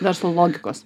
verslo logikos